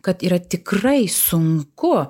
kad yra tikrai sunku